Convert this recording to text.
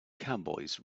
cowboys